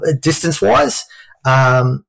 distance-wise